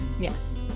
Yes